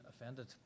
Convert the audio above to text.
offended